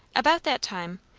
about that time,